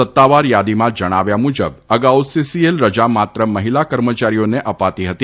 સત્તાવાર યાદીમાં જણાવ્યા મુજબ અગાઉ સીસીએલ રજા માત્ર મહિલા કર્મયારીઓને અપાતી હતી